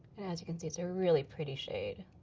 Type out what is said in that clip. as you can see, it's a really pretty shade.